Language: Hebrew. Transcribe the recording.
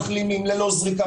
מחלימים ללא זריקה,